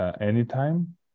Anytime